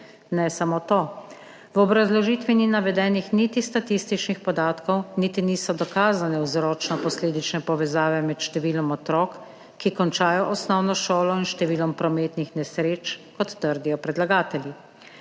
Ne samo to, v obrazložitvi ni navedenih niti statističnih podatkov niti niso dokazane vzročno-posledične povezave med številom otrok, ki končajo osnovno šolo, in številom prometnih nesreč, kot trdijo predlagatelji.